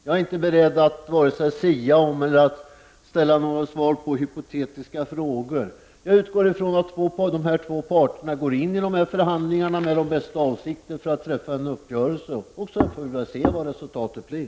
Jag är inte beredd att sia eller ställa svar på hypotetiska frågor. Jag åtgår ifrån att dessa två parter går in i förhandlingarna med de bästa avsikter för att träffa en uppgörelse, och sedan får vi se vad resultatet blir.